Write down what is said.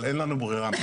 אבל אין לנו ברירה.